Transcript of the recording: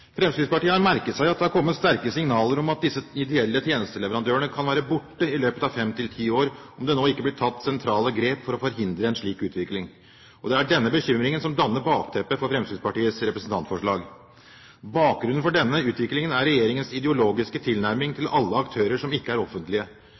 Fremskrittspartiet har merket seg at det har kommet sterke signaler om at disse ideelle tjenesteleverandørene kan være borte i løpet av 5–10 år, om det ikke nå blir tatt sentrale grep for å forhindre en slik utvikling, og det er denne bekymringen som danner bakteppet for Fremskrittspartiets representantforslag. Bakgrunnen for denne utviklingen er regjeringens ideologiske tilnærming til